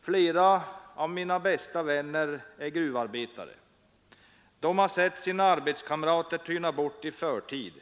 Flera av mina bästa vänner är gruvarbetare. De har sett sina arbetskamrater tyna bort i förtid.